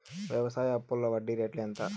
వ్యవసాయ అప్పులో వడ్డీ రేట్లు ఎంత?